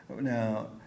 Now